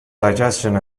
digestion